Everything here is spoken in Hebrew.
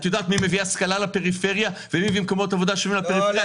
את יודעת מי מביא השכלה לפריפריה ומי מביא מקומות עבודה שווים לפריפריה?